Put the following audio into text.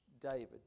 David